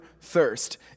thirst